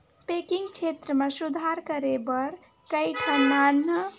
banking छेत्र म सुधार करे बर कइठन नान्हे नान्हे बेंक ल आने बेंक के संघरा म संघेरे जाथे